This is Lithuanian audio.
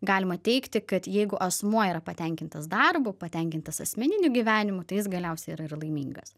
galima teigti kad jeigu asmuo yra patenkintas darbu patenkintas asmeniniu gyvenimu tai jis galiausiai yra ir laimingas